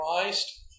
Christ